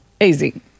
easy